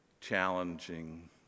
challenging